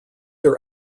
are